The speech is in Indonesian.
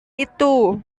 itu